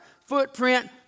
footprint